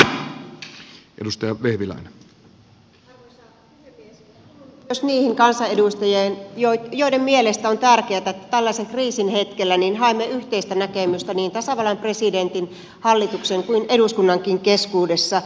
kuulun myös niihin kansanedustajiin joiden mielestä on tärkeätä että tällaisen kriisin hetkellä haemme yhteistä näkemystä niin tasavallan presidentin hallituksen kuin eduskunnankin keskuudessa